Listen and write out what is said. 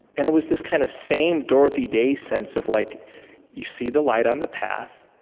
and it was this kind of same dorothy-day sense of like you see the light on the path,